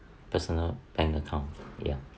personal bank account ya